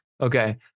Okay